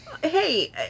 hey